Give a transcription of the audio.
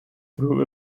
through